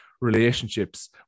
relationships